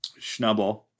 Schnubble